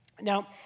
Now